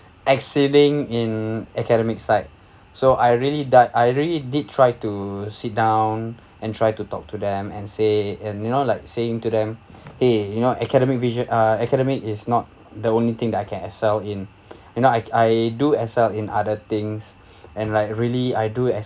excelling in academic side so I really that I really did try to sit down and try to talk to them and say and you know like saying to them !hey! you know academic vision uh academic is not the only thing that I can excel in you know I I do excel in other things and like really I do